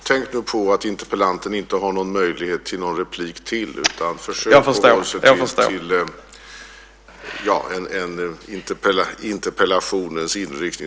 Tänk nu på att interpellanten inte har någon möjlighet till ytterligare replik. Statsrådet bör därför hålla sig till interpellationens inriktning.